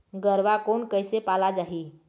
गरवा कोन कइसे पाला जाही?